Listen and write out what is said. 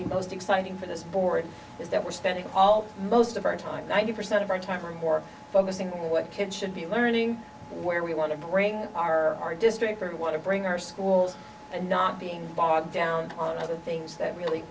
be most exciting for this board is that we're spending all most of our time ninety percent of our time or more focusing on what kids should be learning where we want to bring our our district or we want to bring our schools and not being bogged down on other things that